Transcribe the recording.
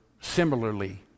similarly